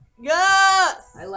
Yes